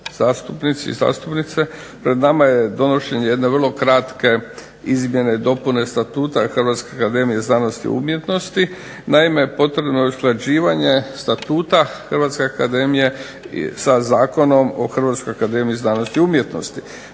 zastupnice i zastupnici pred nama je donošenje jedne vrlo kratke izmjene i dopune Statuta Hrvatske akademije za znanost i umjetnost. Naime, potrebno je usklađivanje Statuta Hrvatska akademija za znanost i umjetnost sa Zakonom o Hrvatska akademija za znanost i umjetnosti.